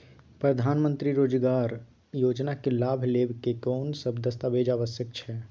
प्रधानमंत्री मंत्री रोजगार योजना के लाभ लेव के कोन सब दस्तावेज आवश्यक छै?